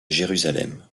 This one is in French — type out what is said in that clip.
jérusalem